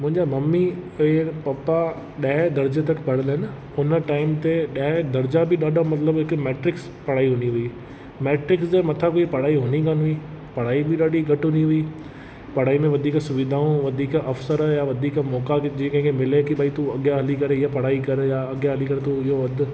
मुंहिंजो मम्मी ऐं पपा ॾहे दर्जे तक पढ़ियल आहिनि उन टाइम ते ॾह दर्जा बि मतिलबु हिकु मैट्रिक्स पढ़ाई हुंदी हुई मैट्रिक्स जे मथां कोई पढ़ाई हुंदी कोन हुई पढ़ाई बि ॾाढी घटि हुंदी हुई पढ़ाई में वधीक सुवीधाऊं वधीक अफ़सर या वधीक मोक़ा जंहिं कंहिंखें मिले की भई तूं अॻियां हली करे हीअ पढ़ाई कर या अॻियां हली करे तूं इहो वधु